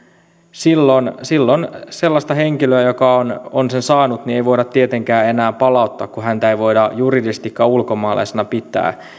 silloin silloin sellaista henkilöä joka on on sen saanut ei voida tietenkään enää palauttaa kun häntä ei voida juridisestikaan ulkomaalaisena pitää